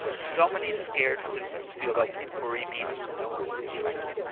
so many scared students feel like inquiry means that no one believes them.